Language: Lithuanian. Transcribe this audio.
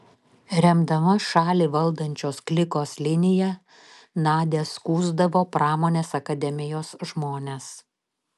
remdama šalį valdančios klikos liniją nadia skųsdavo pramonės akademijos žmones